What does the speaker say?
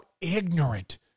ignorant